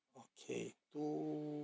okay two